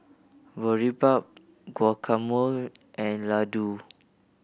Boribap Guacamole and Ladoo